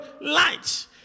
light